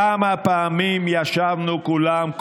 כמה פעמים ישבנו כולם,